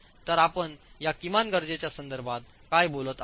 तर आपण या किमान गरजेच्या संदर्भात काय बोलत आहोत